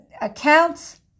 accounts